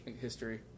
history